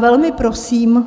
Velmi prosím,